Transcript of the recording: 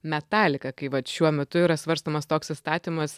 metallica kai vat šiuo metu yra svarstomas toks įstatymas